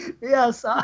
Yes